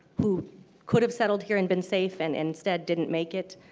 who could have settled here and been safe and instead didn't make it.